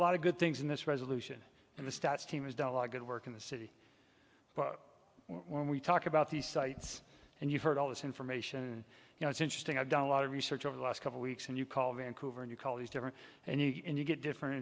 lot of good things in this resolution and the stats team has done a lot of good work in the city but when we talk about these sites and you've heard all this information you know it's interesting i've done a lot of research over the last couple weeks and you call vancouver and you call these different and you get different